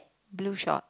blue shorts